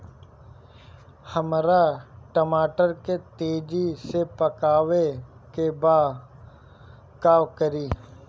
हमरा टमाटर के तेजी से पकावे के बा का करि?